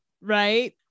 right